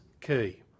key